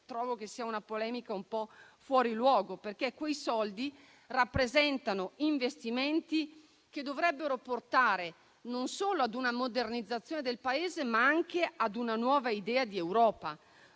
Trovo che sia una polemica un po' fuori luogo, perché quei soldi rappresentano investimenti che dovrebbero portare non solo a una modernizzazione del Paese, ma anche a una nuova idea d'Europa.